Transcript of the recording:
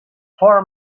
four